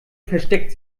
versteckt